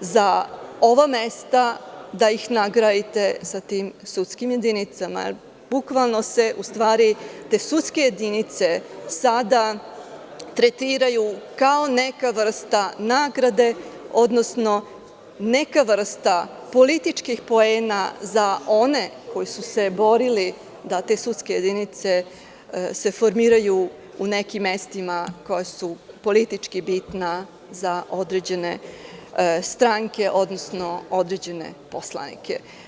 za ova mesta, da ih nagradite sa tim sudskim jedinicama, jer bukvalno se, u stvari te sudske jedinice sada tretiraju kao neka vrsta nagrade, odnosno neka vrsta političkih poena za one koji su se borili da te sudske jedinice se formiraju u nekim mestima koja su politički bitna za određene stranke, odnosno određene poslanike.